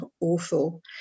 awful